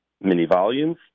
mini-volumes